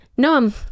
noam